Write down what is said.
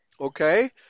Okay